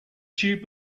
tube